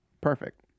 perfect